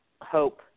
hope